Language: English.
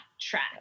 track